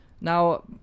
Now